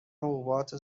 حبوبات